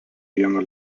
vieno